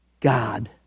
God